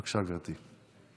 בבקשה, גברתי.